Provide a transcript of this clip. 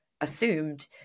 assumed